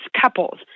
couples